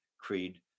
Creed